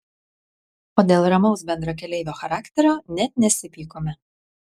o dėl ramaus bendrakeleivio charakterio net nesipykome